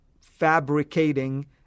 fabricating